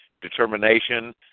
determination